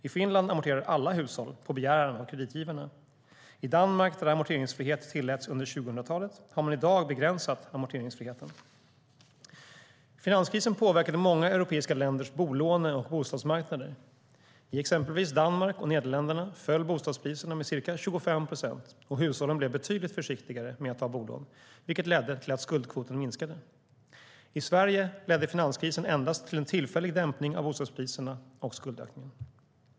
I Finland amorterar alla hushåll på begäran av kreditgivarna. I Danmark, där amorteringsfrihet tilläts under 2000-talet, har man i dag begränsat amorteringsfriheten. Finanskrisen påverkade många europeiska länders bolåne och bostadsmarknader. I exempelvis Danmark och Nederländerna föll bostadspriserna med ca 25 procent, och hushållen blev betydligt försiktigare med att ta bolån, vilket ledde till att skuldkvoten minskade. I Sverige ledde finanskrisen endast till en tillfällig dämpning av bostadspriserna och skuldökningen.